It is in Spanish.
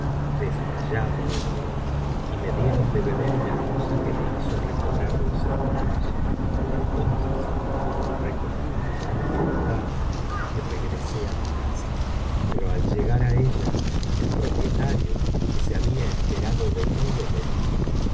desmayado de dolor y me dieron de beber una cosa que me hizo recobrar los sentidos entonces recogí mi mano cortada y regresé á mi casa pero al llegar á ella el propietario que se había enterado de todo me dijo